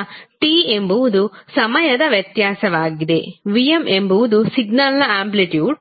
ಈಗ t ಎಂಬುದು ಸಮಯದ ವ್ಯತ್ಯಾಸವಾಗಿದೆVm ಎಂಬುದು ಸಿಗ್ನಲ್ನ ಆಂಪ್ಲಿಟ್ಯೂಡ್